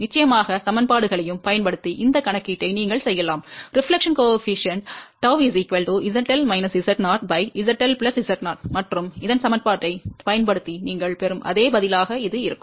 நிச்சயமாக சமன்பாடுகளையும் பயன்படுத்தி இந்த கணக்கீட்டை நீங்கள் செய்யலாம் பிரதிபலிப்பு குணகம் Γ ZL Z0 மற்றும் அந்த சமன்பாட்டைப் பயன்படுத்தி நீங்கள் பெறும் அதே பதிலாக இது இருக்கும்